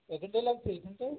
এখানটায় লাগছে এখানটায়